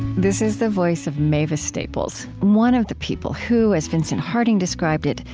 this is the voice of mavis staples, one of the people who, as vincent harding described it,